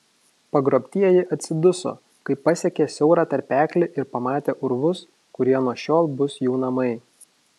pagrobtieji atsiduso kai pasiekė siaurą tarpeklį ir pamatė urvus kurie nuo šiol bus jų namai